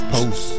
Post